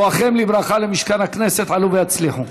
בואכם לברכה למשכן הכנסת, עלו והצליחו.